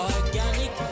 Organic